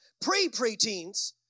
pre-preteens